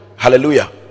Hallelujah